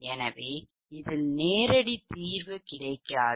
எனவே இதில் நேரடி தீர்வு கிடைக்காது